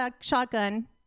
shotgun